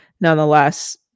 nonetheless